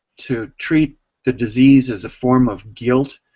to treat the disease as a form of guilt.